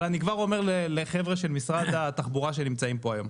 אני אומר לנציגי משרד התחבורה שנמצאים פה היום: